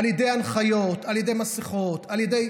על ידי הנחיות, על ידי מסכות, על ידי